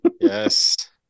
Yes